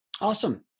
Awesome